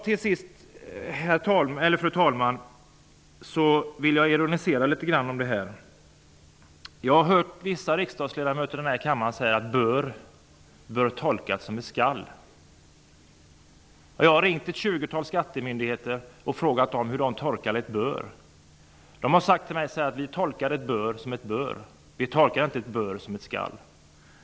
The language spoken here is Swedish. Till sist, fru talman, vill jag ironisera litet grand över det här. Jag har hört vissa riksdagsledamöter i kammaren säga att ''bör'' bör tolkas som ''skall''. Jag har ringt till ett tjugotal skattemyndigheter och frågat hur de tolkar ''bör''. De har sagt att de tolkar ''bör'' som ''bör'', inte som ''skall''.